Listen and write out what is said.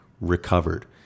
recovered